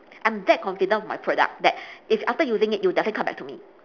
I'm that confident of my product that if after using it you'll definitely come back to me